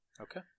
Okay